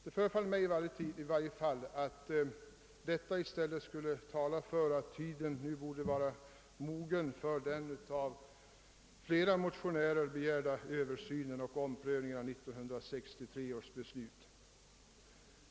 Det förefaller mig i varje fall som om detta i stället skulle tala för att tiden nu borde vara mogen för den av flera motionärer begärda översynen och omprövningen av 1963 års beslut.